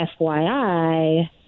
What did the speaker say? FYI